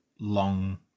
long